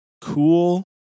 cool